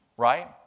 right